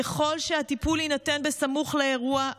ככל שהטיפול יינתן סמוך לאירוע,